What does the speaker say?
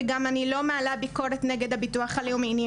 ואני לא מעלה ביקורת נגד הביטוח הלאומי.